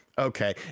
okay